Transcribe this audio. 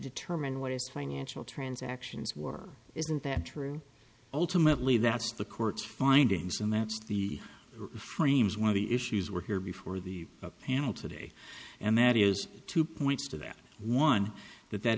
determine what is financial transactions war isn't that true ultimately that's the court's findings and that's the roof frames one of the issues we're here before the panel today and that is two points to that one that that